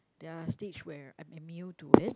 there are a stage where I'm immune to it